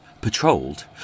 patrolled